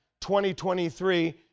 2023